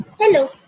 Hello